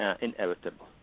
inevitable